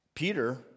Peter